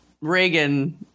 Reagan